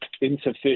insufficient